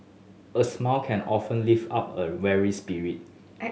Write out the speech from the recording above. a smile can often lift up a weary spirit